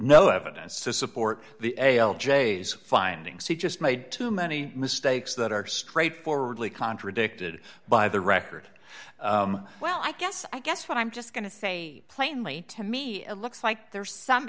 no evidence to support the jays findings he just made too many mistakes that are straightforwardly contradicted by the record well i guess i guess what i'm just going to say plainly to me it looks like there's some